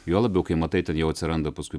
juo labiau kai matai jau atsiranda paskui